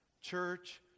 church